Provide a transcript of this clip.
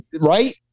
Right